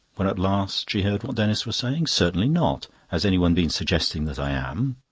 when at last she heard what denis was saying. certainly not. has anyone been suggesting that i am?